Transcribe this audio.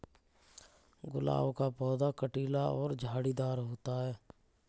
गुलाब का पौधा कटीला और झाड़ीदार होता है